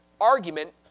argument